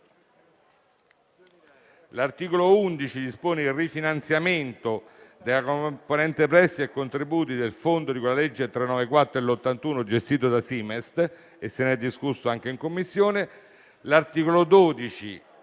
L'articolo 11 dispone il rifinanziamento della componente prezzi e contributi del fondo di cui alla legge n. 394 del 1981 gestito da Simest (se ne è discusso anche in Commissione).